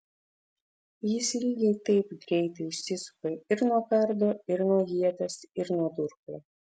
jis lygiai taip greitai išsisuka ir nuo kardo ir nuo ieties ir nuo durklo